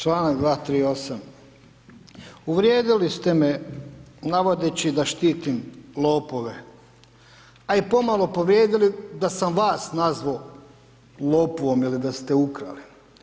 Čl. 238. uvrijedili ste me navodeći da štitim lopove, a pomalo povrijedili da sam vas nazvao lopovom ili da ste ukrali.